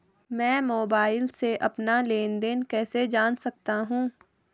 मैं मोबाइल से अपना लेन लेन देन कैसे जान सकता हूँ?